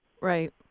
Right